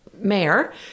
mayor